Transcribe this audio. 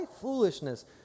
Foolishness